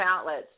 outlets